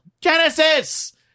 Genesis